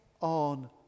on